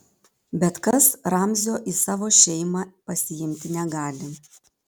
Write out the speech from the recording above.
bet kas ramzio į savo šeimą pasiimti negali